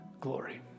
glory